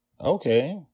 Okay